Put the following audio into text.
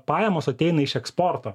pajamos ateina iš eksporto